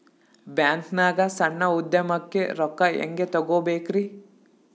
ಬ್ಯಾಂಕ್ನಾಗ ಸಣ್ಣ ಉದ್ಯಮಕ್ಕೆ ರೊಕ್ಕ ಹೆಂಗೆ ತಗೋಬೇಕ್ರಿ?